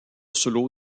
solo